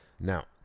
Now